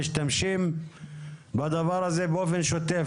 משתמשים בדבר הזה באופן שוטף.